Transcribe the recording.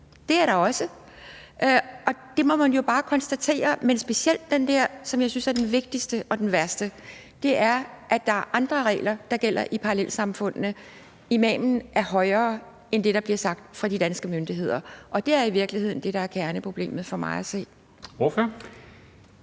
Det er der også. Det må man jo bare konstatere. Men det gælder specielt det, som jeg synes er det vigtigste og det værste, nemlig at der er andre regler, der gælder i parallelsamfundene – imamens ord vægter højere end det, der bliver sagt fra de danske myndigheders side, og det er i virkeligheden det, der er kerneproblemet for mig at se.